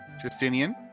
Justinian